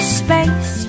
space